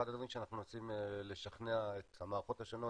אחד הדברים שאנחנו מנסים לשכנע את המערכות השונות